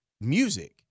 music